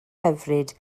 hyfryd